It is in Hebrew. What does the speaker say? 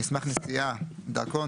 "מסמך נסיעה" דרכון,